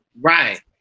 right